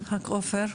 חבר הכנסת עופר.